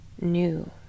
new